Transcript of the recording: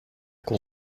qu’on